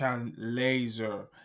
Laser